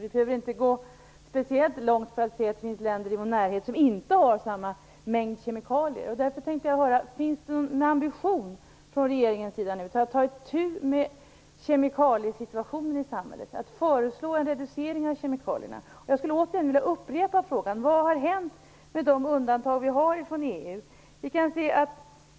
Vi behöver inte gå speciellt långt för att se att det finns länder i vår närhet som inte har samma mängd kemikalier. Därför tänkte jag höra efter: Finns det någon ambition från regeringens sida att ta itu med kemikaliesituationen i samhället, att föreslå en reducering av kemikalierna? Jag vill återigen upprepa frågan: Vad har hänt med de undantag vi har från EU:s bestämmelser?